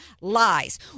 lies